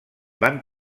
van